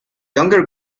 younger